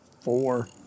four